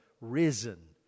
risen